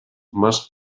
must